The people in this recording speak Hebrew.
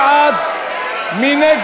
59 בעד, 61